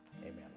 Amen